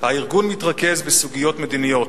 הארגון מתרכז בסוגיות מדיניות.